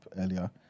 earlier